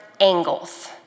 angles